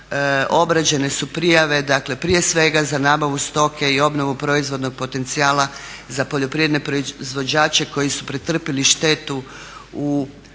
obrađene su prijave, dakle prije svega za nabavu stoke i obnove proizvodnog potencijala za poljoprivredne proizvođače koji su pretrpjeli štetu u